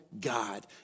God